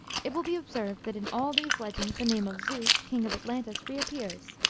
it will be observed that in all these legends the name of zeus, king of atlantis, reappears.